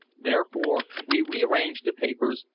therefore, we re-arranged the papers,